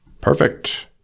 perfect